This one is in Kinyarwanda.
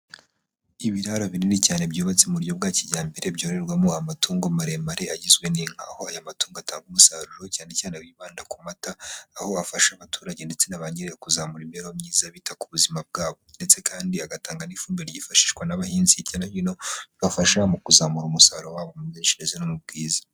Ibiraro binini cyane byubatse mu buryo bwa kijyambere, byororerwamo amatungo maremare agizwe n'inka, aho aya matungo atanga umusaruro cyane cyane bibanda ku mata, aho afasha abaturage ndetse na ba nyirayo kuzamura imibereho myiza, bita ku buzima bwabo, ndetse kandi agatanga n'ifumbire ryifashishwa n'abahinzi hirya no hino. Bibafasha mu kuzamura umusaruro wabo mu mikoreshereze no mu bwiza.